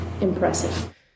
impressive